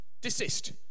desist